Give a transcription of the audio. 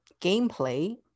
gameplay